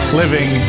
living